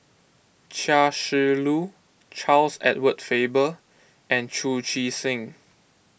Chia Shi Lu Charles Edward Faber and Chu Chee Seng